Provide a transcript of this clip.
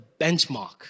benchmark